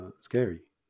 scary